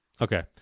Okay